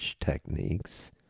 techniques